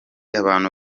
abantu